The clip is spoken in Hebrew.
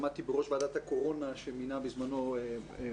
עמדתי בראש ועדת הקורונה שמינה בזמנו אביגדור